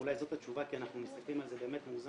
ואולי זאת התשובה כי אנחנו מסתכלים על זה באמת מאוזן.